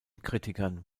kritikern